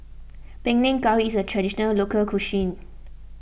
Panang Curry is a Traditional Local Cuisine